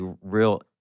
real